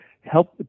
help